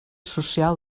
social